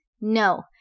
no